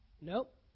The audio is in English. Nope